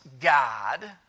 God